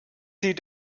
sie